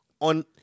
on